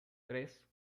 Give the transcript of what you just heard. tres